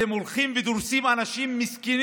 אתם הולכים ודורסים אנשים מסכנים